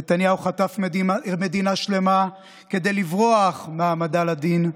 נתניהו חטף מדינה שלמה כדי לברוח מהעמדה לדין,